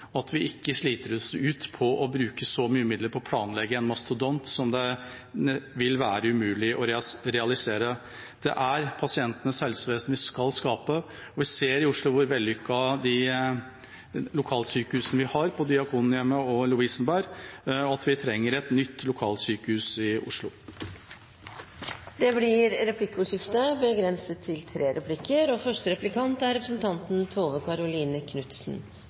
pågått, at vi ikke sliter oss ut på å bruke mange midler på å planlegge en mastodont som det vil være umulig å realisere. Det er pasientens helsevesen vi skal skape, og vi ser i Oslo hvor vellykket de lokalsjukehusene vi har der, er – Diakonhjemmet og Lovisenberg. Vi trenger et nytt lokalsjukehus i Oslo. Det blir replikkordskifte.